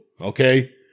okay